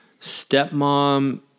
Stepmom